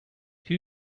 two